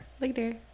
Later